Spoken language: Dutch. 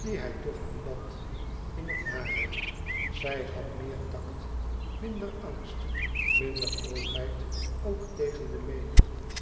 die hij toch aanbad in het hare ze had meer tact minder angst minder hoogheid ook tegen de menigte